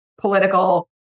political